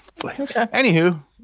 Anywho